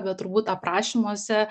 bet turbūt aprašymuose